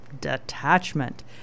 Detachment